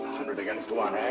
hundred against one, ah?